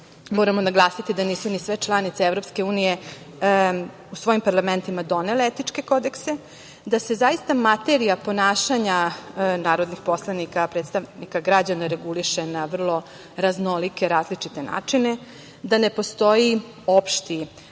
Moramo naglasiti da nisu ni sve članice EU u svojim parlamentima donele etičke kodekse i dase zaista materija ponašanja narodnih poslanika predstavnika građana reguliše na vrlo raznolike, različite načine i da ne postoji opšti